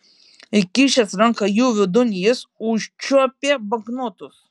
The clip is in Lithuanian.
įkišęs ranką jų vidun jis užčiuopė banknotus